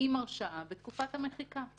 עם הרשעה בתקופת המחיקה.